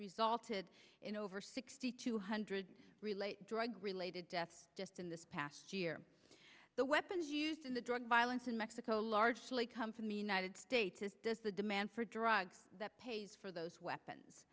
resulted in over sixty two hundred related drug related deaths just in the past year the weapons used in the drug violence in mexico largely come from the united states as does the demand for drugs that pays for those weapons